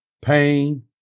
pain